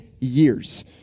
years